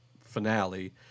finale